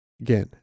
again